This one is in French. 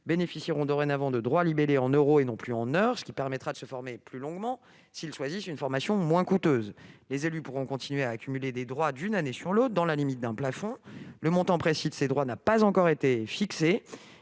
bénéficieront dorénavant de droits libellés en euros, et non plus en heures, ce qui leur permettra de se former plus longuement s'ils choisissent une formation moins coûteuse. Ils pourront continuer à accumuler des droits d'une année sur l'autre, dans la limite d'un plafond. Le montant précis de ces droits n'a pas encore été fixé.